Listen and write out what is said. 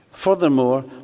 Furthermore